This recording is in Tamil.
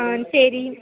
சரி